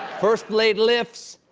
first blade lifts,